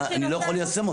אני לא יכול ליישם אותו.